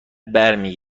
برمی